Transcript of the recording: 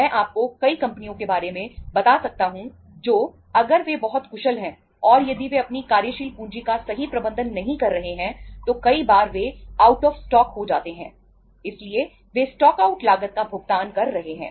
मैं आपको कई कंपनियों के बारे में बता सकता हूं जो अगर वे बहुत कुशल हैं और यदि वे अपनी कार्यशील पूंजी का सही प्रबंधन नहीं कर रहे हैं तो कई बार वे आउट ऑफ स्टॉक लागत का भुगतान कर रहे हैं